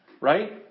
Right